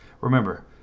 remember